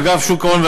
אגף שוק ההון,